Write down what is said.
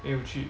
没有去